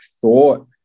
thought